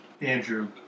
Andrew